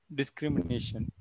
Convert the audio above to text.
discrimination